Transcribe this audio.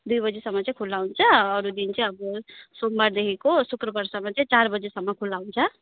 दुई बजीसम्म चाहिँ खुल्ला हुन्छ अरू दिन चाहिँ अब सोमवारदेखिको शुक्रवारसम्म चाहिँ चार बजीसम्म खुल्ला हुन्छ